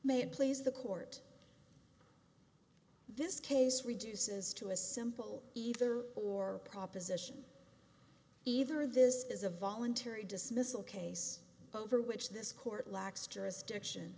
it please the court this case reduces to a simple either or proposition either this is a voluntary dismissal case over which this court lacks jurisdiction